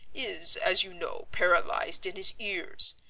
is, as you know, paralysed in his ears,